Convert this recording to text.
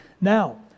Now